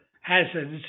hazards